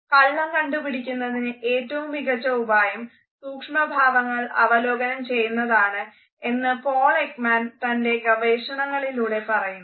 കള്ളം കണ്ടുപിടിക്കുന്നതിന് ഏറ്റവും മികച്ച ഉപായം സൂക്ഷ്മഭാവങ്ങൾ അവലോകനം ചെയ്യുന്നതാണ് എന്ന് പോൾ എക്മാൻ തൻറെ ഗവേഷണങ്ങളിലൂടെ പറയുന്നു